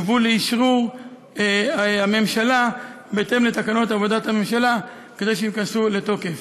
יובאו לאשרור הממשלה בהתאם לתקנון לעבודת הממשלה כדי שייכנסו לתוקף.